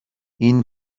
این